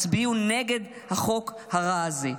הצביעו נגד החוק הרע הזה.